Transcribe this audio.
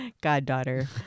goddaughter